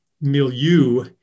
milieu